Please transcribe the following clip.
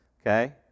okay